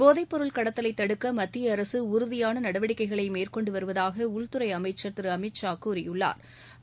போதைப்பொருள் கடத்தலை தடுக்க மத்திய அரசு உறுதியான நடவடிக்கைகளை மேற்கொண்டு வருவதாக உள்துறை அமைச்சா் திரு அமித்ஷா கூறியுள்ளாா்